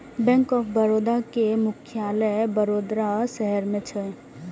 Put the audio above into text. bank of Baroda के मुख्यालय वडोदरा शहर मे छै